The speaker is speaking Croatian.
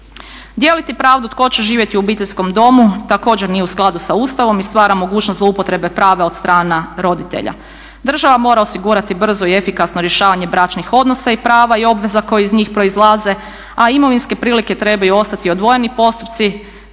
Dijeliti pravdu tko će živjeti u obiteljskom domu također nije u skladu sa Ustavom i stvara mogućnost zloupotrebe prava od strane roditelja. Država mora osigurati brzo i efikasno rješavanje bračnih odnosa i prava i obveza koji iz njih proizlaze, a imovinske prilike trebaju ostati odvojeni postupci